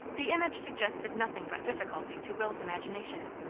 the image suggested nothing but difficulty to will's imagination.